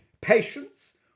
Patience